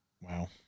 Wow